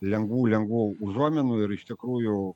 lengvų lengvų užuominų ir iš tikrųjų